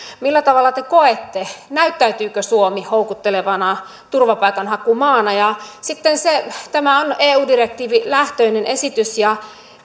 millä tavalla te koette näyttäytyykö suomi houkuttelevana turvapaikanhakumaana tämä on eu direktiivilähtöinen esitys ja